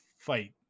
fight